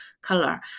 color